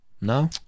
No